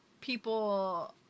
people